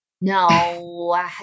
no